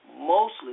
Mostly